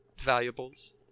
valuables